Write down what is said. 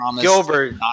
Gilbert